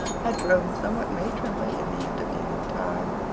had grown somewhat matronly in the intervening time.